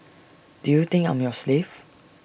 do you think I'm your slave